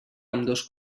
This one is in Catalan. ambdós